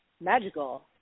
magical